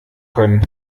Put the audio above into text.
können